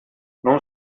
non